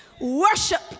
Worship